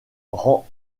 rend